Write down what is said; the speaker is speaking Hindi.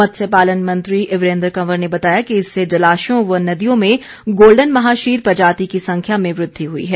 मत्स्य पालन मंत्री वीरेंद्र कंवर ने बताया कि इससे जलाशयों व नदियों में गोल्डन महाशीर प्रजाति की संख्या में वृद्वि हुई है